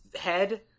head